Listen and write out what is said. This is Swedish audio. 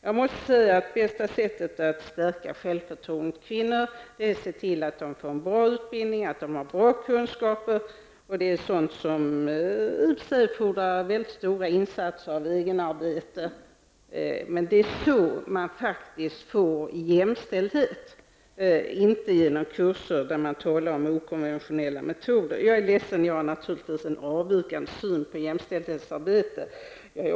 Det bästa sättet att stärka kvinnornas självförtroende är att se till att kvinnorna får en bra utbildning och bra kunskaper. Det är sådant som i och för sig kräver mycket stora insatser av eget arbete. Men det är faktiskt så man får jämställdhet, inte genom kurser där man talar om okonventionella metoder. Jag är ledsen. Jag har naturligtvis en avvikande syn på jämställdhetsarbetet.